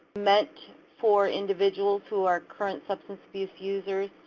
meant for individuals who are current substance abuse users.